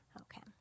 Okay